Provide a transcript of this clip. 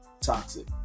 toxic